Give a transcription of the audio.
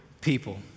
people